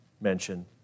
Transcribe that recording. mention